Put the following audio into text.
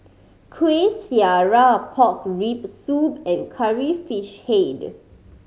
Kueh Syara pork rib soup and Curry Fish Head